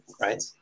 right